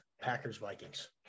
Packers-Vikings